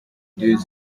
deux